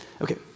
Okay